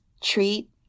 treat